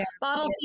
bottle